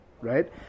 right